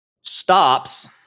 Stops